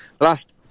last